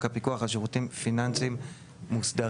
הפיקוח על שירותים פיננסיים מוסדרים,"